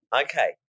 Okay